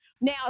now